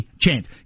chance